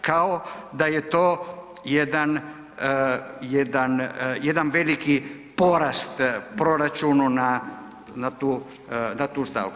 kao da je to jedan veliki porast proračunu na tu stavku.